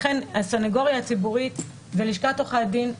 לכן הסנגוריה הציבורית ולשכת עורכי הדין,